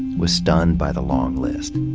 was stunned by the long list.